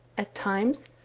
at times,